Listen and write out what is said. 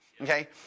Okay